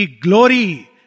glory